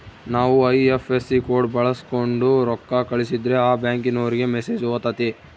ನಾವು IFSC code ಬಳಕ್ಸೋಂಡು ರೊಕ್ಕ ಕಳಸಿದ್ರೆ ಆ ಬ್ಯಾಂಕಿನೋರಿಗೆ ಮೆಸೇಜ್ ಹೊತತೆ